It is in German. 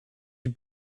die